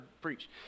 preach